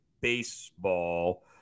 baseball